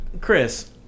Chris